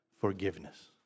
forgiveness